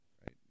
right